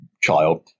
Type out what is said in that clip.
child